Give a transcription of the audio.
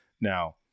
Now